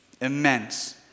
Immense